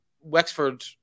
Wexford